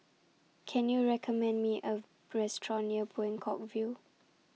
Can YOU recommend Me A Restaurant near Buangkok View